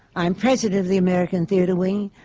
i'm president of the american theatre wing,